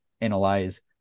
analyze